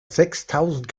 sechstausend